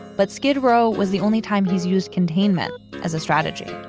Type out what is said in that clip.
but skid row was the only time he's used containment as a strategy